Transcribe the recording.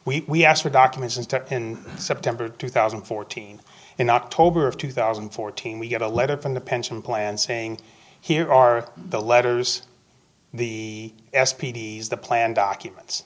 we asked for documents and to in september two thousand and fourteen in october of two thousand and fourteen we get a letter from the pension plan saying here are the letters the s p d the plan documents